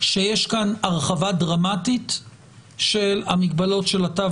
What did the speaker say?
שיש כאן הרחבה דרמטית של המגבלות של התו